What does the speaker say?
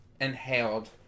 inhaled